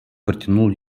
протянул